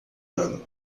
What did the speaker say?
ano